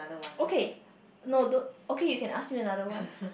okay no don't okay you can ask me another one